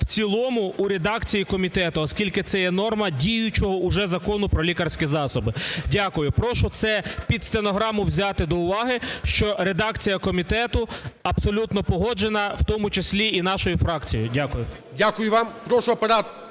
в цілому, у редакції комітету, оскільки це є норма діючого уже Закону "Про лікарські засоби". Дякую. Прошу це під стенограму взяти до уваги, що редакція комітету абсолютно погоджена, в тому числі і нашою фракцією. Дякую. ГОЛОВУЮЧИЙ. Дякую вам. Прошу Апарат